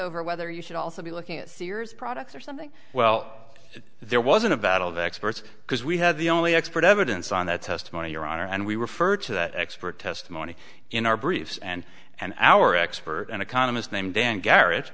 over whether you should also be looking at sears products or something well there wasn't a battle of experts because we had the only expert evidence on that testimony your honor and we referred to that expert testimony in our briefs and and our expert an economist named dan garrett